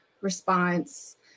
response